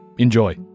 Enjoy